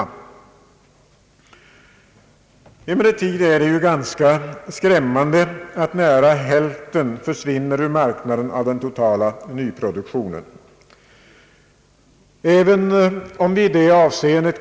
Det är emellertid ett ganska skrämmande förhållande att nära hälften av den totala nyproduktionen försvinner ur marknaden.